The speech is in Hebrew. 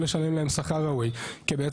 מקבלים את כל מה שתלמיד עולה חדש מקבל.